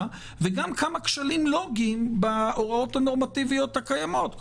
וגם כמה כשלים לוגיים בהוראות הנורמטיביות הקיימות,